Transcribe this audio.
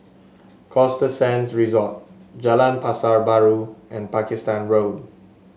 Costa Sands Resort Jalan Pasar Baru and Pakistan Road